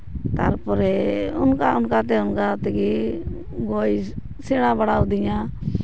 ᱛᱟᱨᱯᱚᱨᱮ ᱚᱱᱠᱟ ᱚᱱᱠᱟ ᱛᱮ ᱚᱱᱠᱟ ᱛᱮᱜᱮ ᱵᱚᱭᱮᱥ ᱥᱮᱬᱟ ᱵᱟᱲᱟᱣ ᱫᱤᱧᱟ